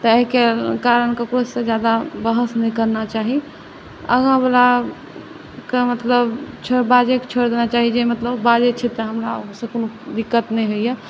तऽ एहिके कारण ककरोसँ ज्यादा बहस नहि करना चाही आगाँवलाके मतलब बाजैके छोड़ि देनाके चाही जे मतलब बाजै छै तऽ हमरा ओहिसँ कोनो दिक्क्त नहि होइए